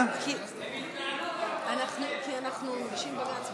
כי אנחנו מגישים בג"ץ,